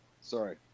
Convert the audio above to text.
Sorry